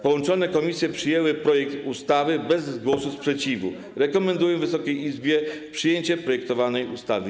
Połączone komisje przyjęły projekt ustawy bez głosu sprzeciwu i rekomendują Wysokiej Izbie przyjęcie projektowanej ustawy.